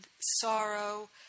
sorrow